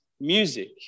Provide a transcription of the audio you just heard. music